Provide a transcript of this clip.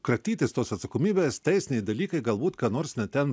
kratytis tos atsakomybės teisiniai dalykai galbūt ką nors ne ten